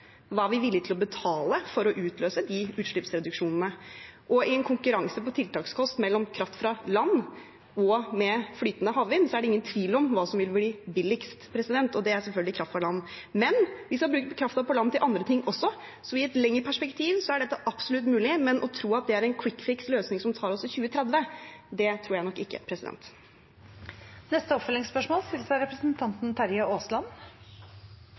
vi er villige til å betale for å utløse utslippsreduksjonene. I en konkurranse om tiltakskost mellom kraft fra land og flytende havvind er det ingen tvil om hva som vil bli billigst, og det er selvfølgelig kraft fra land. Vi skal bruke kraften på land til andre ting også, så i et lengre perspektiv er dette absolutt mulig, men at det er en kvikkfiksløsning som tar oss til 2030, tror jeg nok ikke. Det blir oppfølgingsspørsmål – først Terje Aasland.